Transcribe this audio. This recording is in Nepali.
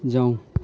जाउँ